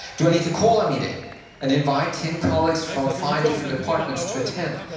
do i need to call a meeting and invite ten colleagues from five different departments to attend?